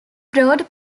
brought